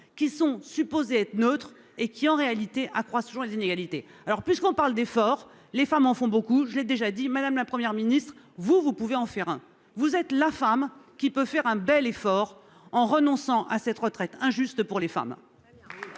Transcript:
qui sont supposés être neutres et qui en réalité accroissement les inégalités. Alors puisqu'on parle d'effort, les femmes en font beaucoup, je l'ai déjà dit madame, la Première ministre vous vous pouvez en faire hein. Vous êtes la femme qui peut faire un bel effort en renonçant à cette retraite injuste pour les femmes.